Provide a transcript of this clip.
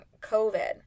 COVID